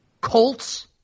Colts